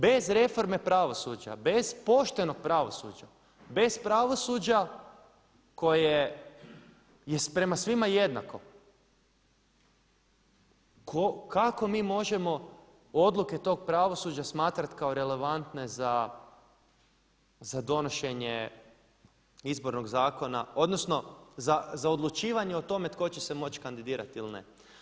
Bez reforme pravosuđa, bez poštenog pravosuđa, bez pravosuđa koje je prema svima jednako kako mi možemo odluke tog pravosuđa smatrati kao relevantne za donošenje Izbornog zakona odnosno za odlučivanje o tome tko će se moći kandidirati ili ne.